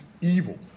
evil